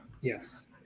Yes